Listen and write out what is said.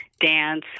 dance